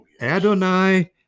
Adonai